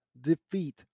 defeat